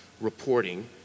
reporting